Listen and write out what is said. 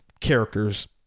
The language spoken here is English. character's